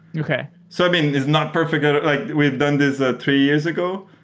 okay so i mean, it's not perfect ah like we've done this ah three years ago.